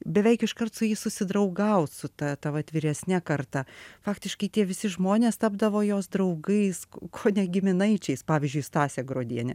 beveik iškart su jais susidraugaut su ta ta vat vyresne karta faktiškai tie visi žmonės tapdavo jos draugais kone giminaičiais pavyzdžiui stasė gruodienė